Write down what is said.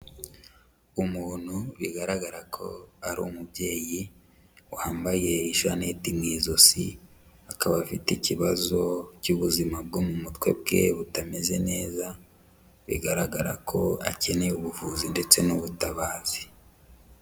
Umuntu bigaragara ko ari umubyeyi, wambaye ishanete mu ijosi, akaba afite ikibazo cy'ubuzima bwo mu mutwe bwe butameze neza, bigaragara ko akeneye ubuvuzi ndetse n'ubutabazi.